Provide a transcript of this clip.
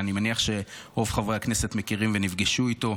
שאני מניח שרוב חברי הכנסת מכירים ונפגשו איתו.